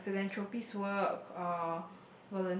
the philanthropist work or